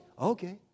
Okay